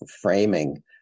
framing